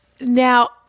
Now